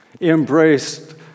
embraced